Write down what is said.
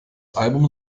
album